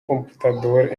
computador